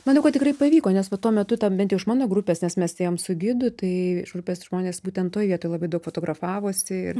manau kad tikrai pavyko nes va tuo metu ten bent jau iš mano grupės nes mes ėjom su gidu tai iš grupės žmonės būtent toj vietoj labai daug fotografavosi ir